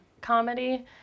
comedy